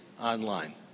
online